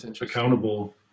accountable